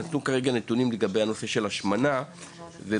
נתנו כרגע נתונים בנושא של השמנה ובחברה